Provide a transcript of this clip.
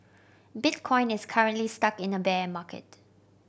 bitcoin is currently stuck in a bear market